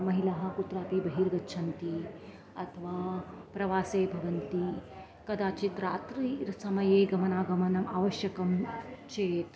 महिलाः कुत्रापि बहिर्गच्छन्ति अथवा प्रवासे भवन्ति कदाचित् रात्रि समये गमनागमनम् आवश्यकं चेत्